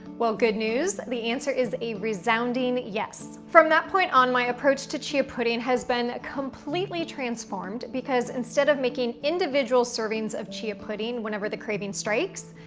well, good news, the answer is a resounding yes. from that poin on, my approach to chia pudding has been completely transformed because instead of making individual servings of chia pudding whenever the craving strikes,